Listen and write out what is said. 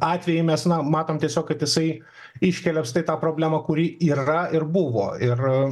atveju mes na matom tiesiog kad jisai iškelia štai tą problemą kuri yra ir buvo ir